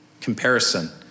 comparison